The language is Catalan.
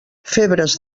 febres